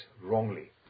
wrongly